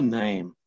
name